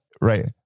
Right